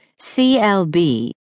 CLB